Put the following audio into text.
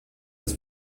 das